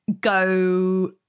go